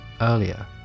earlier